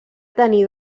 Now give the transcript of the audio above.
tenir